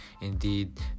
Indeed